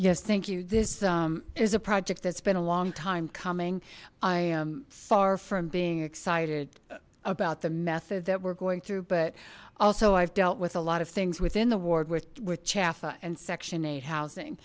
yes thank you this is a project that's been a long time coming i am far from being excited about the method that we're going through but also i've dealt with a lot of things within the ward with with chafa and section eight housing